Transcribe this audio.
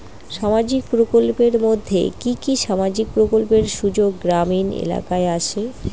সামাজিক প্রকল্পের মধ্যে কি কি সামাজিক প্রকল্পের সুযোগ গ্রামীণ এলাকায় আসে?